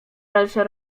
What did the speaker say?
dalsze